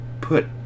put